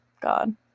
God